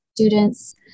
students